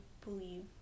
believe